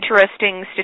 interesting